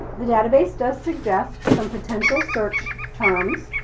the database does suggest some potential search terms,